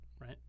right